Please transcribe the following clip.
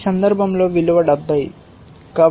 ఈ సందర్భంలో విలువ 70